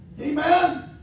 Amen